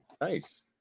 Nice